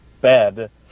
bed